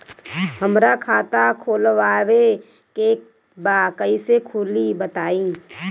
हमरा खाता खोलवावे के बा कइसे खुली बताईं?